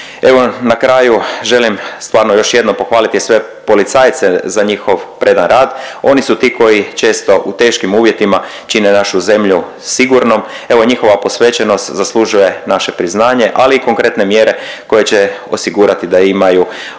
na kraju želim stvarno još jednom pohvaliti sve policajce za njihov predan rad. Oni su ti koji često u teškim uvjetima čine našu zemlju sigurnom. Evo njihova posvećenost zaslužuje naše priznanje, ali i konkretne mjere koje će osigurati da imaju ove